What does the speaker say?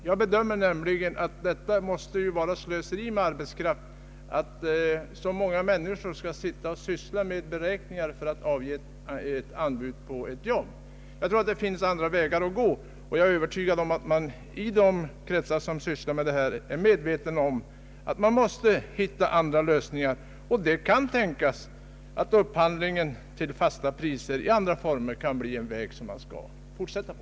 Jag bedömer nämligen att det måste vara ett slöseri med arbetskraft att så många människor skall syssla med beräkningar för att avge anbud på ett arbete. Jag tror att det finns andra vägar att gå, och jag är övertygad om att man i de kretsar som sysslar med dessa frågor är medveten om att man måste hitta andra lösningar. Det kan tänkas att upphandlingen i fasta priser i andra former kan bli en väg som man skall fortsätta på.